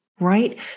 Right